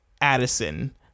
Addison